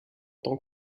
tant